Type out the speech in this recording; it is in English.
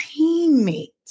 teammate